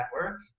network